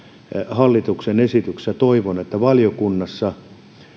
hallituksen esityksestä toivon että valiokunnassa